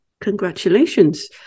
Congratulations